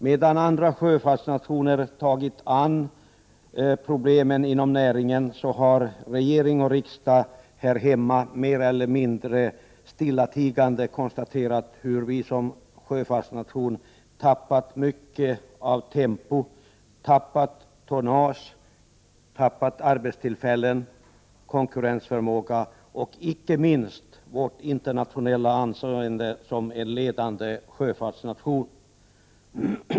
Medan 61 andra sjöfartsnationer tagit sig an problemen inom näringen har regering och riksdag här hemma, mer eller mindre stillatigande, konstaterat hur vi som sjöfartsnation tappat mycket av tempo, tonnage, arbetstillfällen, konkurrensförmåga och icke minst vårt internationella anseende som en ledande sjöfartsnation.